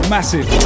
Massive